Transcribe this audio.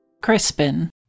Crispin